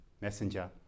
Messenger